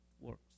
works